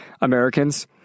Americans